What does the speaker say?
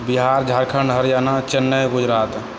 Bihar Jharkhand Haryana Chennai Gujarat